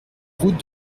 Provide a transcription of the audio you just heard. route